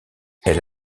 elle